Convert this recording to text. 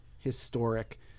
historic